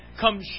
come